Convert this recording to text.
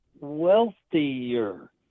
wealthier